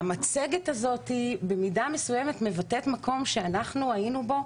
שהמצגת הזאת במידה מסוימת מבטאת מקום שאנחנו היינו בו,